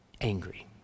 angry